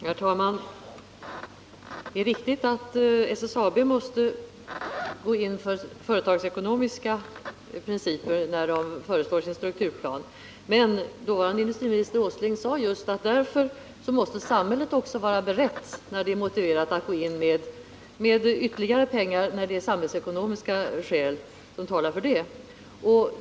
Herr talman! Det är riktigt att SSAB måste gå in för företagsekonomiska principer när man föreslår sin strukturplan. Men dåvarande industriministern Åsling sade att just därför måste samhället vara berett att gå in med ytterligare pengar när det är motiverat och när samhällsekonomiska skäl talar för det.